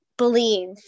believe